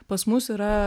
pas mus yra